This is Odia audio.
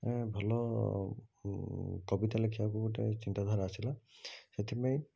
ଏଁ ଭଲ କବିତା ଲେଖିବାକୁ ଗୋଟେ ଚିନ୍ତାଧାରା ଆସିଲା ସେଥିପାଇଁ